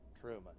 Truman